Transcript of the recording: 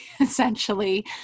essentially